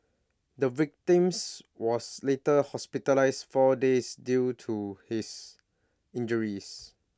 the victims was later hospitalised four days due to his injuries